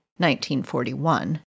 1941